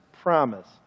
promise